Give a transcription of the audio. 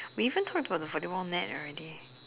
we even talked about the volleyball net already